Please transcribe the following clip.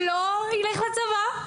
שלא ילך לצבא,